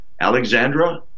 Alexandra